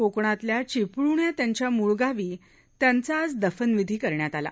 कोकणातल्या चिपळूण या त्यांच्या मूळ गाव त्यांचा आज दफनविध करण्यात आला